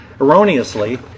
erroneously